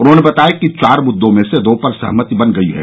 उन्होंने बताया कि चार मुद्दों में से दो पर सहमति बन गई है